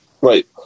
right